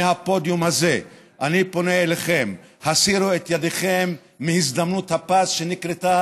מהפודיום הזה אני פונה אליכם: הסירו את ידיכם מהזדמנות הפז שנקרתה